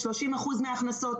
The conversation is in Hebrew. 30% מההכנסות,